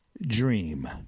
dream